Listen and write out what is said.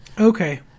Okay